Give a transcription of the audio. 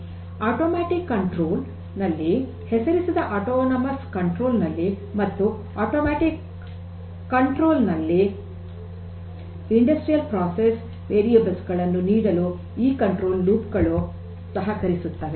ಸ್ವಯಂಚಾಲಿತ ನಿಯಂತ್ರಣದಲ್ಲಿ ಹೆಸರಿಸದ ಸ್ವಾಯತ್ತ ನಿಯಂತ್ರಣದಲ್ಲಿ ಮತ್ತು ಸ್ವಯಂಚಾಲಿತ ನಿಯಂತ್ರಣದಲ್ಲಿ ಕೈಗಾರಿಕಾ ಪ್ರಕ್ರಿಯೆಯ ವೇರಿಯೇಬಲ್ಸ್ ಗಳನ್ನು ನೀಡಲು ಈ ನಿಯಂತ್ರಣ ಲೂಪ್ ಗಳು ಸಹಕರಿಸುತ್ತದೆ